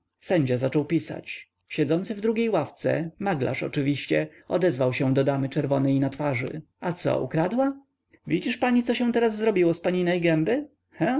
sędzia zaczął pisać siedzący w drugiej ławce maglarz oczywiście odezwał się do damy czerwonej na twarzy a co ukradła widzisz pani co się teraz zrobiło z paninej gęby